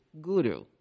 Guru